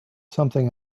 something